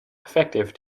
effective